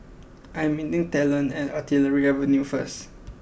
I am meeting Talon at Artillery Avenue first